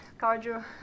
cardio